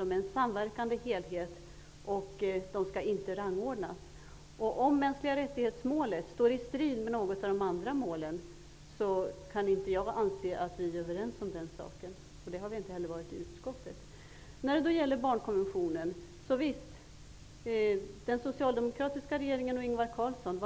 De är en samverkande helhet och skall inte rangordnas. Jag anser inte att vi är överens om hur vi skall agera om mänskliga-rättighets-målet skulle stå i strid med något av de andra målen. Det har vi inte heller varit i utskottet. Visst var den socialdemokratiska regeringen och Ingvar Carlsson